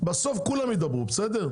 בסוף כולם ידברו, בסדר?